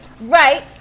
Right